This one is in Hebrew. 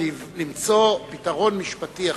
אפשר למצוא פתרון משפטי אחר.